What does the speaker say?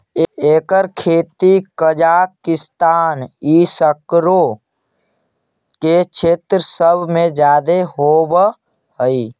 एकर खेती कजाकिस्तान ई सकरो के क्षेत्र सब में जादे होब हई